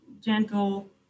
gentle